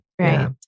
right